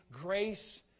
grace